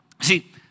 See